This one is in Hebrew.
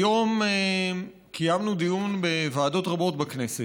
היום קיימנו דיון בוועדות רבות בכנסת.